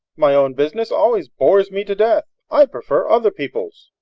my own business always bores me to death. i prefer other people's.